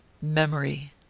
memory.